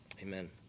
Amen